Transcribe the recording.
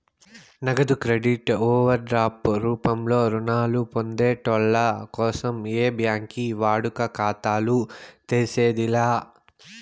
నగదు credit overdraft రూపంలో రుణాలు పొందేటోళ్ళ కోసం ఏ బ్యాంకి వాడుక ఖాతాలు తెర్సేది లా